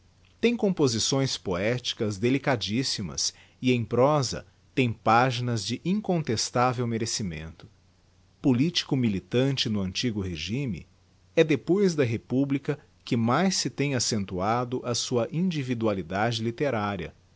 tem composições poéticas delicadíssimas e em prosa tem paginas de incontestável merecimento politico militante no antigo regimen é depois da republica que mais se tem accentuado a sua individualidade literária